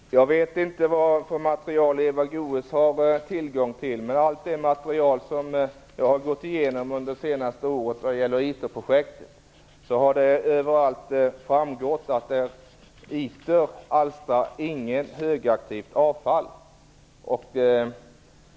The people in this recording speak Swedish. Fru talman! Jag vet inte vilket material Eva Goës har tillgång till. I allt det material som jag har gått igenom under det senaste året när det gäller ITER-projektet har det framgått att ITER inte alstrar något högaktivt avfall.